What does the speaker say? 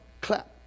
clap